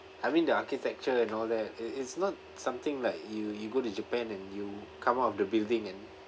I mean the architecture and all that it it's not something like you you go to japan and you come out of the building and